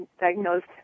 diagnosed